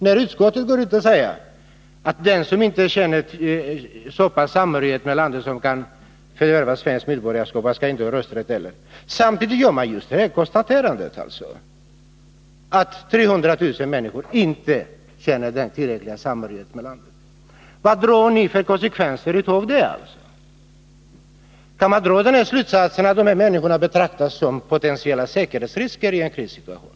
När utskottet säger att de som inte känner så pass stor samhörighet med landet att de förvärvar svenskt medborgarskap inte heller skall ha rösträtt, konstaterar man samtidigt att 300 000 människor inte känner denna samhörighet med landet. Vilka blir konsekvenserna av det konstaterandet? Kan man dra den slutsatsen att dessa människor betraktas som potentiella säkerhetsrisker i en krissituation?